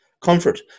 comfort